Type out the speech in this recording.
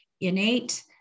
innate